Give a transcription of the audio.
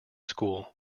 school